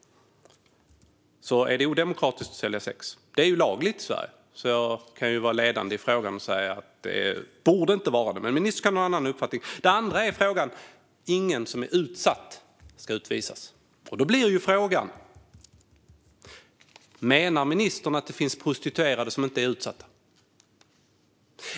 Att sälja sex är lagligt i Sverige, så jag kan ju säga att det är en ledande fråga om det är odemokratiskt att göra det. Det borde inte vara det, men ministern kan förstås ha en annan uppfattning. Det handlar också om det ministern sa om att ingen som är utsatt ska utvisas. Då blir frågan om ministern menar att det finns prostituerade som inte är utsatta.